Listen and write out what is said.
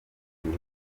kuri